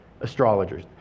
astrologers